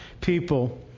people